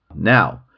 Now